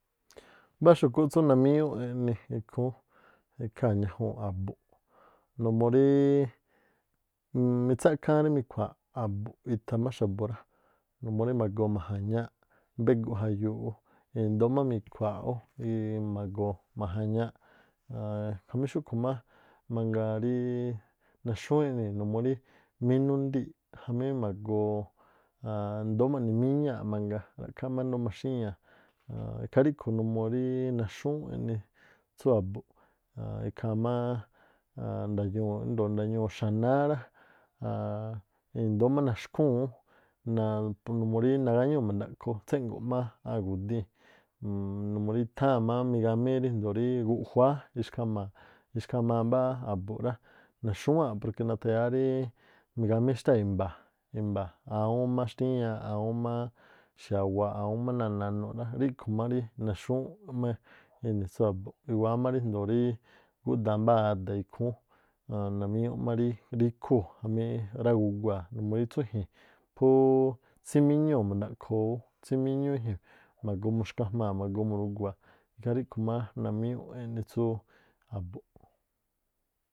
Mbáá xu̱kúꞌ tsúú namíñúꞌ eꞌni ikhúún numuu rí mitsákháán murí mikhua̱a̱ꞌ itha má xa̱bu̱ rá, numuu rí ma̱goo ma̱ja̱ñááꞌ mbéguꞌ jaꞌyuuꞌ ú, e̱ndóó má mikhua̱a̱ ú i̱i̱ ma̱goo ma̱ja̱ñáá̱ꞌ aan jamí xúꞌkhu̱ má mangaa rí naxúŋúu̱ꞌ eꞌnii̱ numuu rí minundii̱ꞌ jamí ma̱goo i̱ndóó ma̱ꞌni míñáa̱ꞌ mangaa ra̱ꞌkhááꞌ ndóó má maxíñaa̱ꞌ aan ikhaa ríꞌkhu̱ numuu rí naxúŋúu̱ꞌ e̱ꞌnii̱ tsú a̱bu̱nꞌ. Aan ikhaa má aan ndoo̱ nada̱ñuu̱ xa̱náá rá, aan i̱ndóó má naxkhoo̱ ú naa pu numuu rí nagáñúu̱ ma̱ndaꞌkhoo tséꞌngo̱ꞌ má águ̱díi̱n. numuu rí i̱tháa̱n má migamíí ríjndoo̱ rí guꞌjuáá ixkha̱ma̱- ixkhamaa- mbá a̱bu̱nꞌ rá, naxúwáa̱nꞌ porque nathayáá ríí migamí xtáa̱ i̱mba̱a̱ i̱mba̱a̱ awúún xtíñaaꞌ, awúún má xiawuaaꞌ, awúún má náa̱ nanuꞌ rá, ríꞌkhu̱ má rí naxúŋúu̱ꞌ má eni̱ tsú a̱bu̱nꞌ i̱wáá má ríjndoo̱ gúꞌdaa mbáá ada̱ ikhúún namíñúꞌ má ríkhúu̱ jamí ráguguaa̱ numuu rí tsú i̱ji̱n phúú tsímíñúu̱ ma̱ndaꞌkhoo ú, tsímíñúú i̱ji̱n ma̱goo muxkhaꞌjmaa̱ ma̱goo murugua̱a̱. Ikhaa ríꞌkhu má namíñúꞌ eꞌni tsúú a̱bu̱nꞌ.